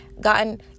gotten